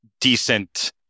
decent